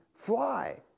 Fly